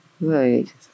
Right